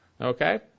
Okay